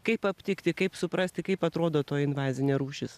kaip aptikti kaip suprasti kaip atrodo toji invazinė rūšis